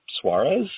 Suarez